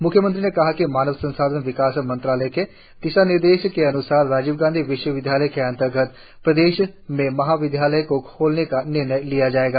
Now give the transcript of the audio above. म्ख्यमंत्री ने कहा कि मानव संसाधन विकास मंत्रालय के दिशानिर्देशों के अन्सार राजीव गांधी विश्वविद्यालय के अंतर्गत प्रदेश के महा विद्यालय को खोलने का निर्णय लिया जाएगा